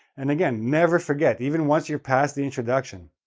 and, again, never forget, even once you're past the introduction,